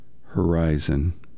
Horizon